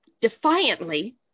defiantly